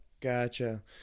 Gotcha